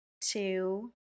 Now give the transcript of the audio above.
two